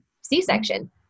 C-section